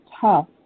tough